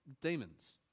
demons